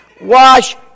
Wash